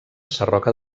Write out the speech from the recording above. sarroca